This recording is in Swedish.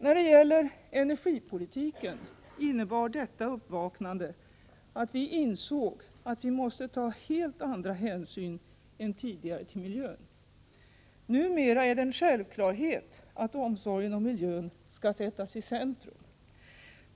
När det gäller energipolitiken innebar detta uppvaknande att vi insåg att vi måste ta helt andra hänsyn än tidigare till miljön. Numera är det en självklarhet att omsorgen om miljön skall sättas i centrum.